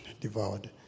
devoured